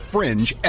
Fringe